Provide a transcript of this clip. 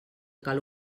cal